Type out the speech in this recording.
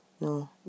No